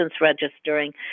registering